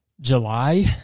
July